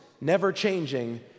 never-changing